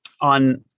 on